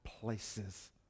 places